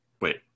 wait